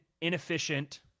inefficient